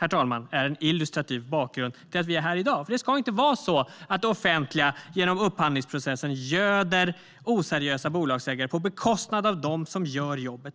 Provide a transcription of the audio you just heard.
Herr talman! Detta är en illustrativ bakgrund till att vi är här i dag. Det ska inte vara så att det offentliga genom upphandlingsprocessen göder oseriösa bolagsägare på bekostnad av dem som gör jobbet.